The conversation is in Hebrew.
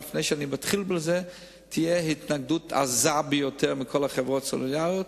לפני שאני מתחיל בזה: תהיה התנגדות עזה ביותר מכל החברות הסלולריות,